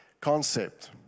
concept